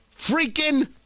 freaking